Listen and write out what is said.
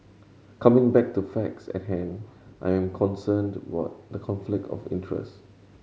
coming back to facts at hand I am concerned were the conflict of interest